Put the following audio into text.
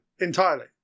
entirely